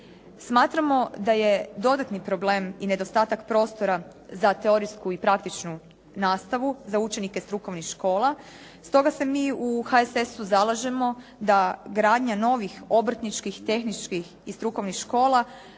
Smatramo da je dodatni problem i nedostatak prostora za teorijsku i praktičnu nastavu za učenike strukovnih škola, stoga se mi u HSS-u zalažemo da gradnja novih obrtničkih, tehničkih i strukovnih škola